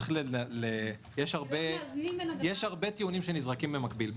יש הרבה טיעונים שנזרקים במקביל.